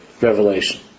revelation